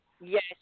Yes